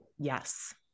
Yes